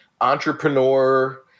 entrepreneur